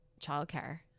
childcare